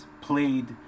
played